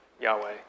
Yahweh